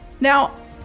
Now